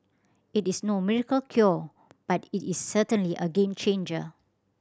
it is no miracle cure but it is certainly a game changer